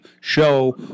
show